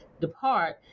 depart